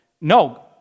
No